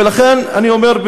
ולכן אני אומר,